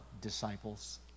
disciples